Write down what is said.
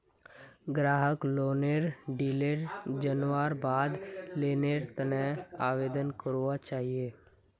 ग्राहकक लोनेर डिटेल जनवार बाद लोनेर त न आवेदन करना चाहिए